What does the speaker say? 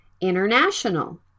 international